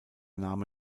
name